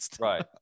Right